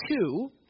two